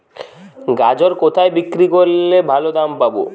গাজর কোথায় বিক্রি করলে ভালো দাম পাব?